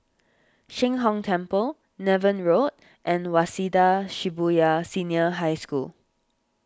Sheng Hong Temple Niven Road and Waseda Shibuya Senior High School